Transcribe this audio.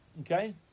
Okay